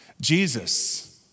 Jesus